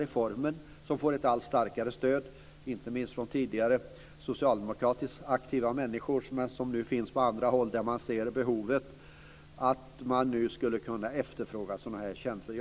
Reformen, som uteblivit, får ett allt starkare stöd, inte minst från tidigare socialdemokratiskt aktiva människor som nu finns på andra håll där man ser behovet av och vill göra det möjligt att efterfråga sådana tjänster.